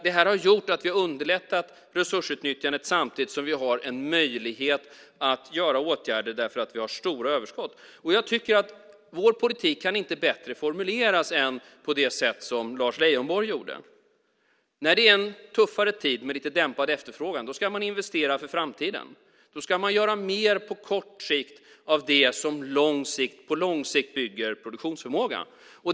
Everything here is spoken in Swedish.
Det har gjort att vi har underlättat resursutnyttjandet samtidigt som vi har en möjlighet att göra åtgärder för att vi har stora överskott. Vår politik kan inte bättre formuleras än på det sätt som Lars Leijonborg gjorde. När det är en tuffare tid med lite dämpad efterfrågan ska man investera för framtiden. Då ska man göra mer på kort sikt av det som på lång sikt bygger produktionsförmåga.